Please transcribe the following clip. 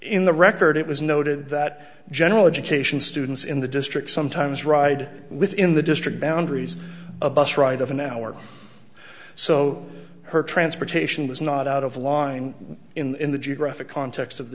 in the record it was noted that general education students in the district sometimes ride within the district boundaries a bus ride of an hour so her transportation was not out of line in the geographic context of the